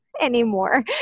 Anymore